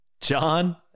John